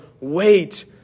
wait